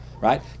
right